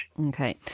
Okay